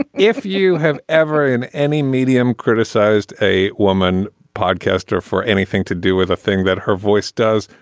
ah if you have ever in any medium criticized a woman podcaster for anything to do with a thing that her voice does,